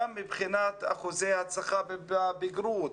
גם מבחינת אחוזי הצלחה בבחינות הבגרות,